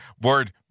word